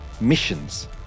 missions